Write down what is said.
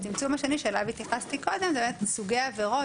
והצמצום השני שאליו התייחסתי קודם זה באמת סוגי עבירות.